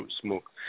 smoke